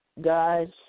guys